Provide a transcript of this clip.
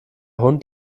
hund